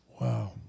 Wow